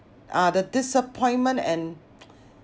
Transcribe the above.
ah the disappointment and